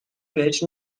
بهش